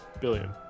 billion